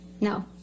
No